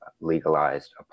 legalized